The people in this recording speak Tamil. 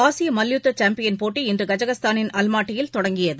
ஆசிய மல்யுத்த சாம்பியன் போட்டி இன்று கஜகஸ்தானின் அல்மாட்டியில் தொடங்கியது